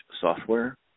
software